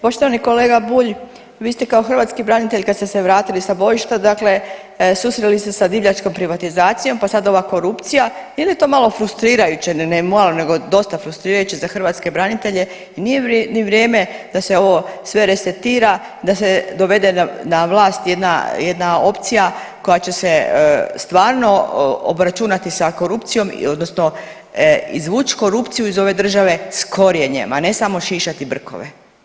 Poštovani kolega Bulj, vi ste kao hrvatski branitelj kad ste se vratili sa bojišta susreli se sa divljačkom privatizacijom, pa sad ova korupcija i onda je to malo frustrirajuće, ne malo nego dosta frustrirajuće za hrvatske branitelje i nije li vrijeme da se ovo sve resetira, da se dovede na vlast jedna, jedna opcija koja će se stvarno obračunati sa korupcijom odnosno izvući korupciju iz ove države s korijenjem, a ne samo šišati brkove.